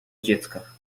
dziecka